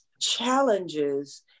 challenges